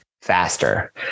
faster